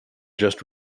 just